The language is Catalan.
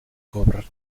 govern